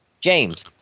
James